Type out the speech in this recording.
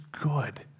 good